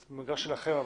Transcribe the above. זה במגרש שלכם,